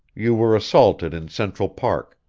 you were assaulted in central park.